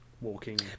walking